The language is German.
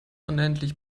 unendlich